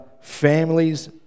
families